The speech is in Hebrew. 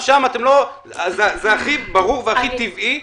זה הכי ברור והכי טבעי,